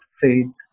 foods